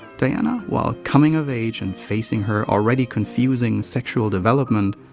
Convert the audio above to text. diana, while coming of age and facing her already confusing sexual development,